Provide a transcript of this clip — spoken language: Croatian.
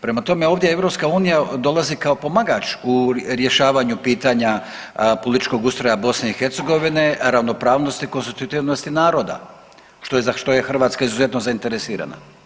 Prema tome, ovdje EU dolazi kao pomagač u rješavaju pitanja političkog ustroja BiH, ravnopravnosti i konstitutivnosti naroda za što je Hrvatska izuzetno zainteresirana.